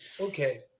okay